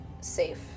safe